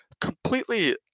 completely